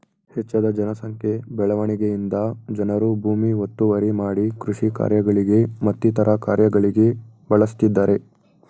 ಹೆಚ್ಜದ ಜನ ಸಂಖ್ಯೆ ಬೆಳವಣಿಗೆಯಿಂದ ಜನರು ಭೂಮಿ ಒತ್ತುವರಿ ಮಾಡಿ ಕೃಷಿ ಕಾರ್ಯಗಳಿಗೆ ಮತ್ತಿತರ ಕಾರ್ಯಗಳಿಗೆ ಬಳಸ್ತಿದ್ದರೆ